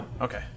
Okay